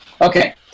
Okay